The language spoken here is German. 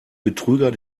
betrüger